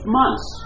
months